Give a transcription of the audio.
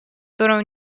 którą